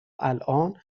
الآن